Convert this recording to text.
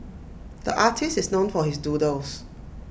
the artist is known for his doodles